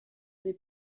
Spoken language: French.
des